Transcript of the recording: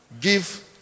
give